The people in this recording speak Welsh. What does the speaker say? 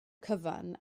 cyfan